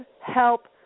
help